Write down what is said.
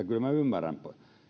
kyllä minä ymmärrän